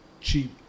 cheap